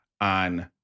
on